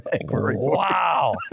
Wow